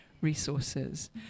resources